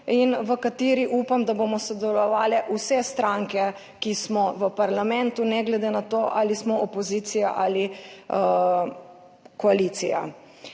in v kateri upam, da bomo sodelovale vse stranke, ki smo v parlamentu, ne glede na to ali smo opozicija ali koalicija.